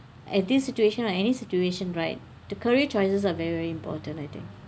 at this situation right or any situation right the career choices are very very important I think